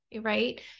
right